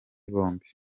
bombi